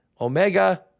Omega